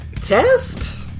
Test